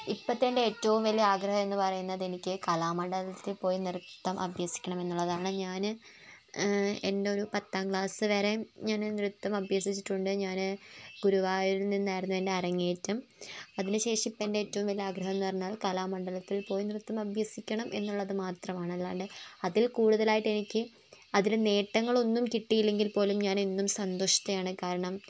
ഇപ്പോഴത്തെ എന്റെ ഏറ്റവും വലിയ ആഗ്രഹമെന്ന് പറയുന്നത് എനിക്ക് കലാമണ്ഡലത്തില്പ്പോയി നൃത്തം അഭ്യസിക്കണമെന്നുള്ളതാണ് ഞാന് എന്റെയൊരു പത്താം ക്ലാസ് വരെയും ഞാന് നൃത്തം അഭ്യസിച്ചിട്ടുണ്ട് ഞാന് ഗുരുവായൂരിൽ നിന്നായിരുന്നു എന്റെ അരങ്ങേറ്റം അതിനുശേഷം ഇപ്പോഴെന്റെ ഏറ്റവും വലിയ ആഗ്രഹമെന്ന് പറഞ്ഞാൽ കലാമണ്ഡലത്തിൽ പോയി നൃത്തം അഭ്യസിക്കണമെന്നുള്ളത് മാത്രമാണ് അല്ലാതെ അതിൽക്കൂടുതലായിട്ട് എനിക്ക് അതില് നേട്ടങ്ങളൊന്നും കിട്ടിയില്ലെങ്കിൽപ്പോലും ഞാനെന്നും സന്തുഷ്ടയാണ് കാരണം